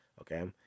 Okay